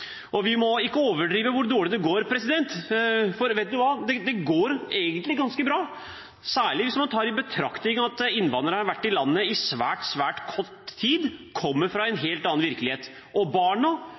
ære. Vi må ikke overdrive hvor dårlig det går, for vet du hva – det går egentlig ganske bra, særlig hvis man tar i betraktning at innvandrerne har vært i landet i svært, svært kort tid og kommer fra en